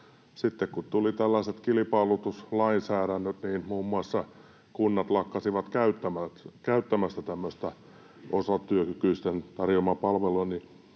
sitten kun tuli tällaiset kilpailutuslainsäädännöt, niin muun muassa kunnat lakkasivat käyttämästä tämmöistä osatyökykyisten tarjoamaa palvelua.